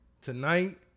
tonight